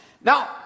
Now